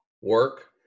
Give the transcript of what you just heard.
Work